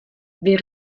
wir